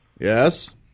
Yes